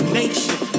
nation